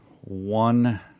one